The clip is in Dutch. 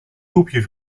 groepje